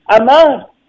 Amar